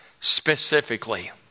specifically